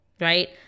right